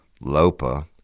Lopa